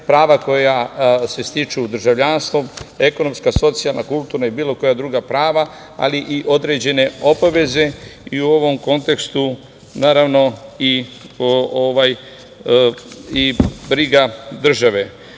prava koja se stiču državljanstvom, ekonomska, socijalna, kulturna i bilo koja druga prava, ali i određene obaveze i u ovom kontekstu naravno i briga države. Jako